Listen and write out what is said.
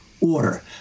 order